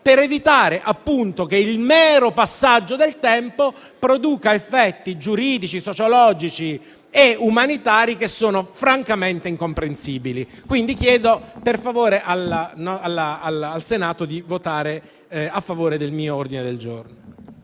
per evitare che il mero passaggio del tempo produca effetti giuridici, sociologici e umanitari che sono francamente incomprensibili. Chiedo quindi ai colleghi di votare a favore del mio ordine del giorno.